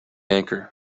anchor